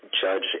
judge